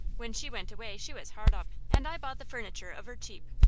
when she went away she was hard up, and i bought the furniture of her cheap.